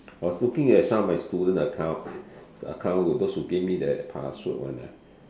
I was looking at some of my student account account those that give me the password one ah